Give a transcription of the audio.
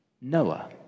Noah